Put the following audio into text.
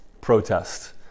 protest